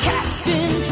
Captain